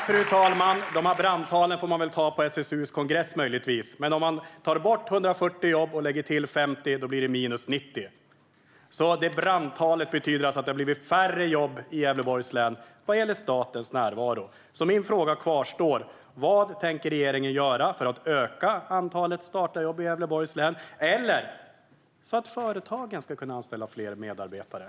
Fru talman! De här brandtalen får man väl möjligen ta på SSU:s kongress. Om man tar bort 140 jobb och lägger till 50 blir det minus 90. Brandtalet betyder alltså att det har blivit färre jobb i Gävleborgs län vad gäller statens närvaro. Min fråga kvarstår. Vad tänker regeringen göra för att öka antalet statliga jobb i Gävleborgs län - eller se till att företagen kan anställa fler medarbetare?